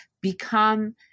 become